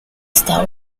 esta